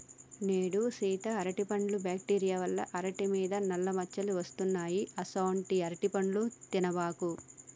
నేడు సీత అరటిపండ్లు బ్యాక్టీరియా వల్ల అరిటి మీద నల్ల మచ్చలు వస్తున్నాయి అసొంటీ అరటిపండ్లు తినబాకు